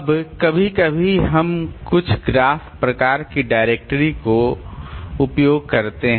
अब कभी कभी हम कुछ ग्राफ प्रकार की डायरेक्टरी का उपयोग करते हैं